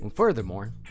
Furthermore